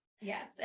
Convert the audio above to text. yes